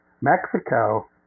Mexico